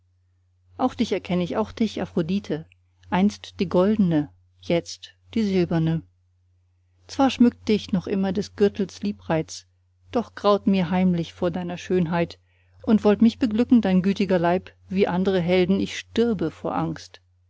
auch dich erkenn ich auch dich aphrodite einst die goldene jetzt die silberne zwar schmückt dich noch immer des gürtels liebreiz doch graut mir heimlich vor deiner schönheit und wollt mich beglücken dein gütiger leib wie andere helden ich stürbe vor angst